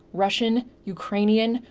russian, ukrainian,